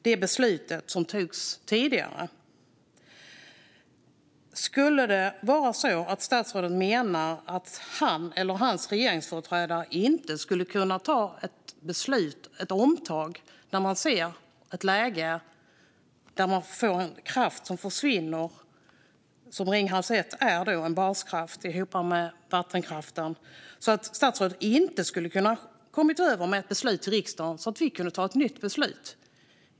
Menar statsrådet när det gäller beslutet som togs tidigare att han eller hans regeringsföreträdare inte skulle ha kunnat ta ett omtag i ett läge där man ser en kraft som försvinner, en baskraft, vilket Ringhals 1 var ihop med vattenkraften? Skulle statsrådet inte ha kunnat komma över med ett förslag till riksdagen så att vi hade kunnat ta ett nytt beslut?